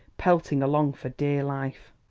pelting along for dear life.